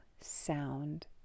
sound